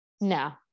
No